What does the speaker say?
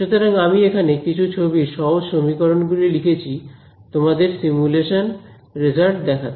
সুতরাং আমি এখানে কিছু ছবির সহজ সমীকরণ গুলি লিখেছি তোমাদের সিমুলেশন রেজাল্ট দেখাতে